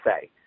say